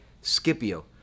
Scipio